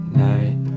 night